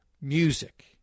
music